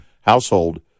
household